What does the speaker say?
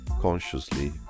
consciously